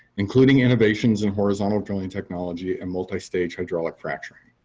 including innovations in horizontal drilling technology and multi-stage hydraulic fracturing.